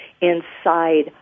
inside